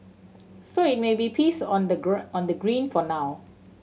so it may be peace on the on the green for now